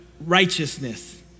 righteousness